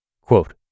quote